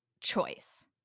choice